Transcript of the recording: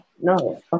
No